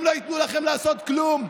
הם לא ייתנו לכם לעשות כלום.